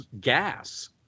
gas